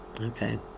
Okay